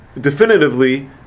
definitively